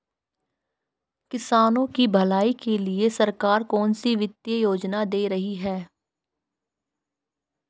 किसानों की भलाई के लिए सरकार कौनसी वित्तीय योजना दे रही है?